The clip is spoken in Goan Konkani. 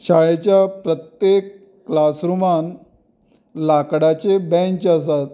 शाळेच्या प्रत्येक क्लास रुमांत लाकडा बेंच आसात